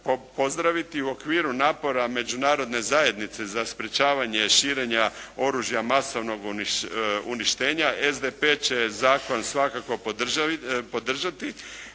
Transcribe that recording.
pozdraviti u okviru napora međunarodne zajednice za sprječavanje širenja oružja masovnog uništenja, SDP će zakon svakako podržati.